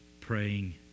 praying